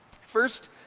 First